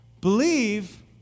Believe